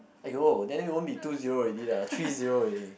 !aiyo! then won't be two zero already lah three zero eady